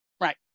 Right